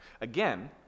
Again